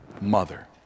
mother